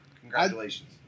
Congratulations